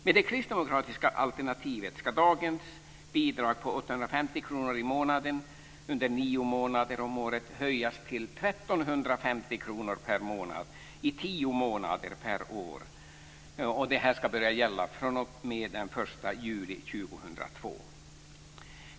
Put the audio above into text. Med det kristdemokratiska alternativet ska dagens bidrag på 850 kr i månaden under nio månader om året höjas till 1 350 kr per månad i tio månader per år, och detta ska börja gälla från den 1 juli 2002.